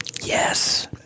Yes